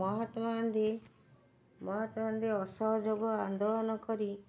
ମହାତ୍ମା ଗାନ୍ଧି ମହାତ୍ମା ଗାନ୍ଧି ଅସହଯୋଗ ଆନ୍ଦୋଳନ କରି